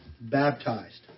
baptized